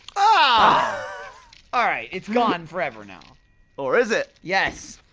ah alright, it's gone forever now or is it! yes.